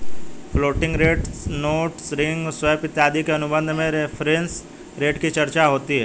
floating rate notes रिंग swap इत्यादि के अनुबंध में रेफरेंस रेट की चर्चा होती है